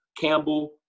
Campbell